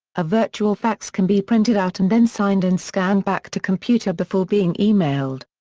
a virtual fax can be printed out and then signed and scanned back to computer before being emailed.